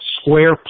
square